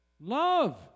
Love